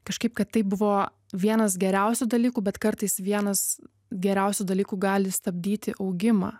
kažkaip kad tai buvo vienas geriausių dalykų bet kartais vienas geriausių dalykų gali stabdyti augimą